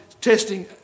testing